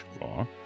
law